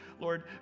Lord